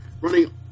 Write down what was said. running